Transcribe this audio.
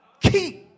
keep